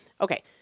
Okay